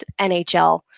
NHL